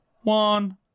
one